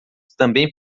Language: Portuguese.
também